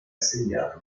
segnato